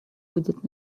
будет